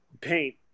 paint